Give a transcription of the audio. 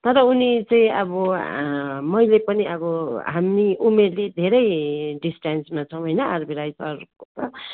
तर उनी चाहिँ अब मैले पनि अब हामी उमेरले धेरै डिस्टेन्समा छौँ होइन आरबी राई सरको